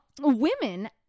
women